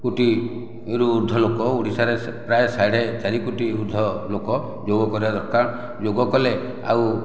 କୋଟିରୁ ଉର୍ଦ୍ଧ୍ୱ ଲୋକ ଓଡ଼ିଶାରେ ପ୍ରାୟ ସାଢ଼େ ଚାରି କୋଟିରୁ ଉର୍ଦ୍ଧ୍ୱ ଲୋକ ଯୋଗ କରିବା ଦରକାର ଯୋଗ କଲେ ଆଉ